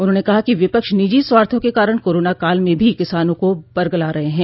उन्होंने कहा कि विपक्ष निजी स्वार्थो के कारण कोरोना काल में भी किसानों को बरगला रहे हैं